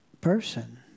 person